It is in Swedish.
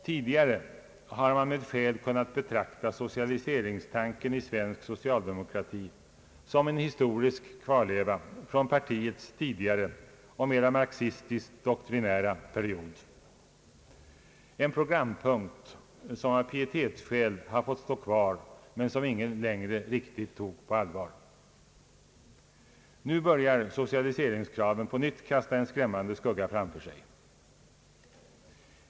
Tidigare har man med skäl kunnat betrakta socialiseringstanken i svensk socialdemokrati som en historisk kvar leva från partiets tidigare, mer marxistiskt doktrinära period. Det var en programpunkt som av pietetsskäl fått stå kvar, men som ingen längre riktigt tog på alivar. Nu börjar socialiseringskraven på nytt kasta en skrämmande skugga framför sig.